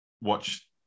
Watch